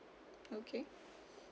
okay